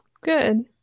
Good